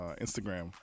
Instagram